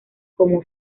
como